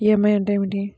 EMI అంటే ఏమిటి?